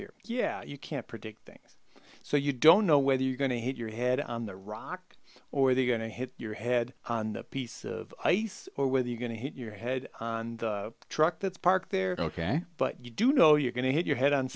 here yeah you can't predict things so you don't know whether you're going to hit your head on the rock or they're going to hit your head on a piece of ice or whether you're going to hit your head on the truck that's parked there ok but you do know you're going to hit your head on